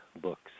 books